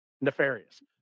nefarious